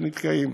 שנתקעים.